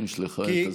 יש לך את הזמן.